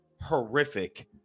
horrific